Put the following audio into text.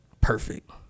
Perfect